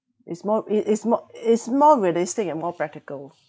it's more it is more it's more realistic and more practical